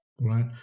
Right